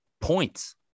points